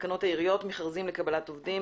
תקנות העיריות (מכרזים לקבלת עובדים),